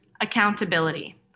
accountability